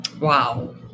Wow